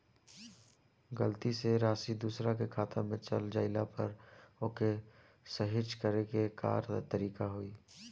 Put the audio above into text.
गलती से राशि दूसर के खाता में चल जइला पर ओके सहीक्ष करे के का तरीका होई?